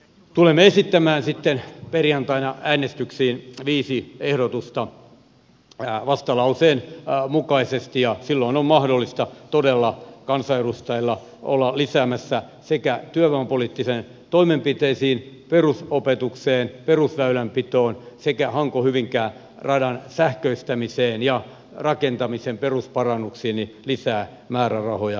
tulemme esittämään sitten perjantaina äänestyksiin viisi ehdotusta vastalauseen mukaisesti ja silloin on mahdollista todella kansanedustajien olla lisäämässä määrärahoja sekä työvoimapoliittisiin toimenpiteisiin perusopetukseen perusväylänpitoon hankohyvinkää radan sähköistämiseen että rakentamisen perusparannuksiin